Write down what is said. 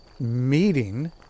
meeting